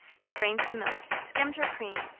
strained the milk, skimmed her cream,